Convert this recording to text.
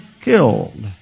killed